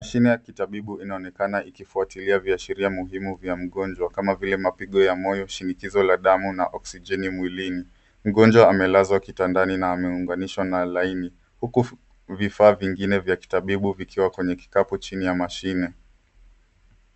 Mashine ya kitabibu inaonekana ikifuatilia viashiria muhimu vya mgonjwa kama vile mapigo ya moyo, shinikizo la damu na oksijeni mwilini. Mgonjwa amelazwa kitandani na ameunganishwa na laini huku vifaa vingine vya kitabibu vikiwa kwenye kikapu chini ya mashine.